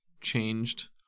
changed